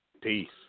Peace